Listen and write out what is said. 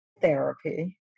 Therapy